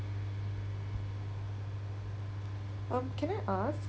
um can I ask